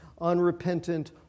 unrepentant